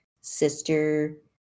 sister